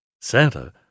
Santa